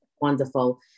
wonderful